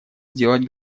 сделать